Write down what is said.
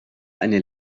eine